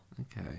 okay